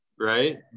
right